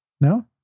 No